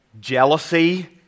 jealousy